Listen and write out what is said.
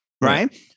right